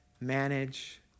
manage